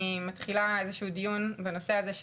אני מתחילה איזה שהוא דיון בנושא הזה,